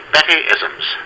Betty-isms